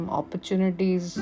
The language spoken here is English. opportunities